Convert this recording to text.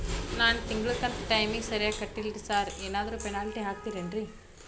ನಾನು ತಿಂಗ್ಳ ಕಂತ್ ಟೈಮಿಗ್ ಸರಿಗೆ ಕಟ್ಟಿಲ್ರಿ ಸಾರ್ ಏನಾದ್ರು ಪೆನಾಲ್ಟಿ ಹಾಕ್ತಿರೆನ್ರಿ?